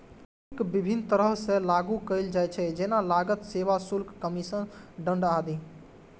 शुल्क विभिन्न तरह सं लागू कैल जाइ छै, जेना लागत, सेवा शुल्क, कमीशन, दंड आदि